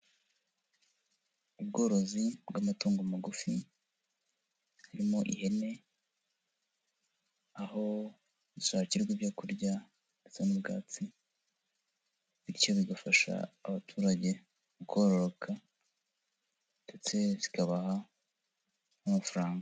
Ubworozi bw'amatungo magufi, harimo ihene, aho zishakirwa ibyo kurya ndetse n'ubwatsi bityo bigafasha abaturage kororoka ndetse zikabaha n'amafaranga.